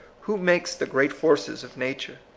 who makes the great forces of nature?